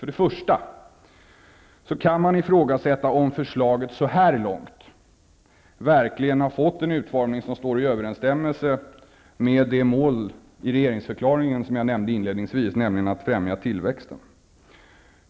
För det första kan man ifrågasätta om förslaget så här långt verkligen har fått en utformning som står i överensstämmelse med målen i regeringsförklaringen, nämligen att främja tillväxten.